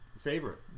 favorite